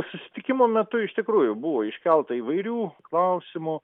susitikimo metu iš tikrųjų buvo iškelta įvairių klausimų